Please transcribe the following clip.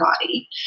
body